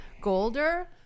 Golder